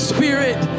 Spirit